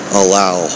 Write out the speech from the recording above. allow